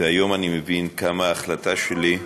והיום אני מבין כמה ההחלטה שלי,